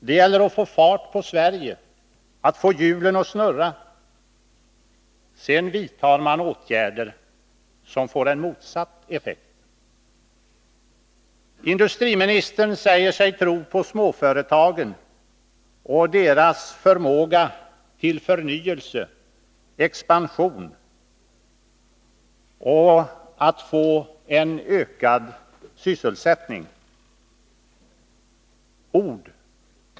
Det gäller att få fart på Sverige, att få hjulen att snurra. Sedan vidtar man åtgärder som får motsatt effekt. Industriministern säger sig tro på småföretagen och deras förmåga till förnyelse, expansion och förmåga att få en ökad sysselsättning.